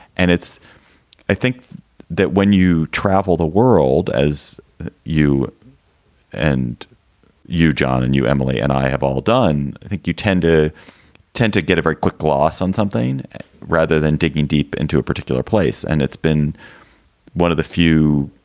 and it's i think that when you travel the world as you and you, john, and you, emily and i have all done, i think you tend to tend to get a very quick gloss on something rather than digging deep into a particular place. and it's been one of the few